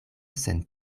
sen